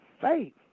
faith